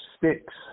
six